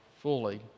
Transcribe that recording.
fully